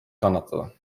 kannatada